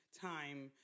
time